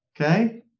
okay